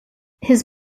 his